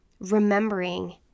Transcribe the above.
remembering